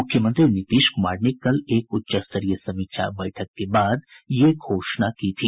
मुख्यमंत्री नीतीश कुमार ने कल एक उच्च स्तरीय समीक्षा बैठक के बाद ये घोषणा की थी